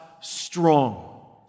strong